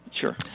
Sure